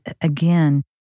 again